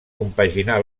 compaginà